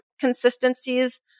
consistencies